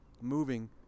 moving